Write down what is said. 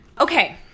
Okay